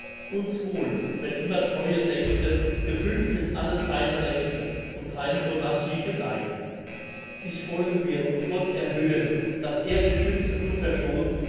und wohl wenn immer treue dächte gefügt sind alle seine rechte und seine monarchie gedeihn dich wollen wir und gott erhöhen dass er dich schütze du verschonst